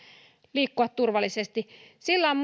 liikkua turvallisesti sillä on